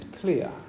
clear